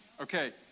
Okay